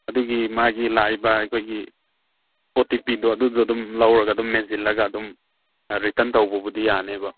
ꯑꯗꯨꯒꯤ ꯃꯥꯒꯤ ꯂꯥꯛꯏꯕ ꯑꯩꯈꯣꯏꯒꯤ ꯑꯣ ꯇꯤ ꯄꯤꯗꯣ ꯑꯗꯨꯗꯣ ꯑꯗꯨꯝ ꯂꯧꯔꯒ ꯑꯗꯨꯝ ꯃꯦꯟꯁꯤꯜꯂꯒ ꯑꯗꯨꯝ ꯔꯤꯇꯟ ꯇꯧꯕꯕꯨꯗꯤ ꯌꯥꯅꯦꯕ